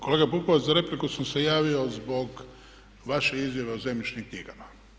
Kolega Pupovac, za repliku sam se javio zbog vaše izjave o zemljišnim knjigama.